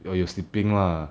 oh you sleeping lah